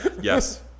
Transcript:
yes